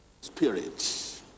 spirit